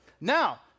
Now